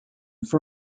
for